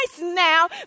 now